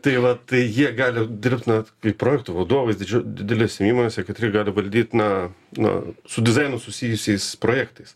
tai va tai jie gali dirbt na kaip projektų vadovais didžio didelėse įmonėse katrie gali valdyt na na su dizainu susijusiais projektais